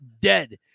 dead